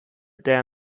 der